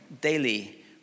daily